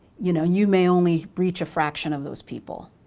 you know you may only reach a fraction of those people.